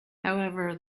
however